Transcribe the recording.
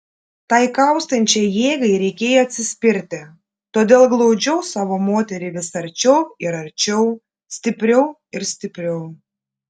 tai kaustančiai jėgai reikėjo atsispirti todėl glaudžiau savo moterį vis arčiau ir arčiau stipriau ir stipriau